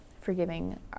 forgiving